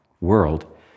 world